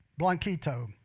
Blanquito